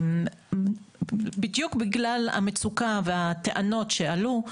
בדיוק בגלל המצוקה והטענות שעלו,